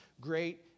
great